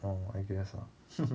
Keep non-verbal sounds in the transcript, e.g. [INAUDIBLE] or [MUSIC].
oh I guess ah [LAUGHS]